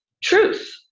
truth